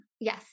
Yes